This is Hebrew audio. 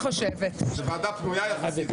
אני חושב שזו הוועדה הנכונה.